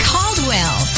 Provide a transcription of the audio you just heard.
Caldwell